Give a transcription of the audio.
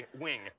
Wing